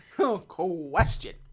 Question